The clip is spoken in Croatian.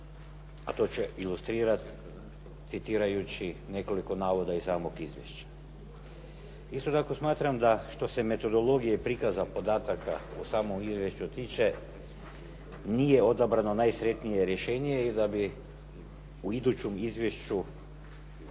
a to ću ilustrirati citirajući nekoliko navoda iz samog izvješća. Isto tako smatram da što se metodologije prikaza podataka u samom izvješću tiče nije odabrano najsretnije rješenje, jer da bi u idućem izvješću